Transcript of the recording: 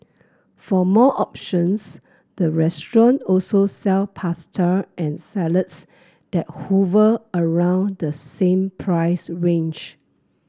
for more options the restaurant also sell pasta and salads that hover around the same price range